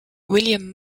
william